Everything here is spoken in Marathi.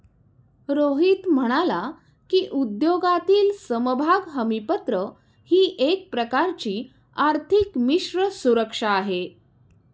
रोहित म्हणाला की, उद्योगातील समभाग हमीपत्र ही एक प्रकारची आर्थिक मिश्र सुरक्षा आहे